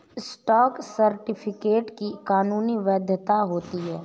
stock certificate की कानूनी वैधता होती है